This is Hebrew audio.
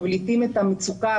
מבליטים את המצוקה,